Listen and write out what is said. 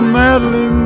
madly